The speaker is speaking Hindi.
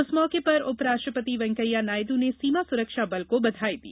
इस मौके पर उप राष्ट्रपति वैंकैया नायडू ने सीमा सुरक्षा बल को बधाई दी